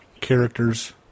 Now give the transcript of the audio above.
characters